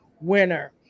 winner